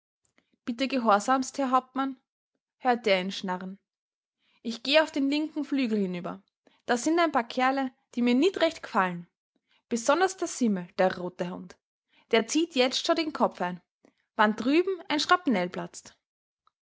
bitt gehorsamst herr hauptmann hörte er ihn schnarren ich geh auf den linken flügel hinüber da sind ein paar kerle die mir nit recht g'fallen besonders der simmel der rote hund der zieht jetzt scho den kopf ein wann drüben ein schrapnell platzt